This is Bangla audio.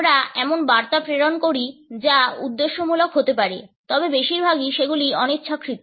আমরা এমন বার্তা প্রেরণ করি যা উদ্দেশ্যমূলক হতে পারে তবে বেশিরভাগই সেগুলি অনিচ্ছাকৃত